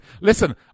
Listen